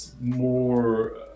more